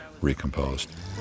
recomposed